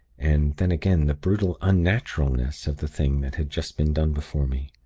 and, then again, the brutal unnaturalness of the thing that had just been done before me!